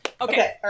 Okay